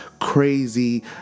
crazy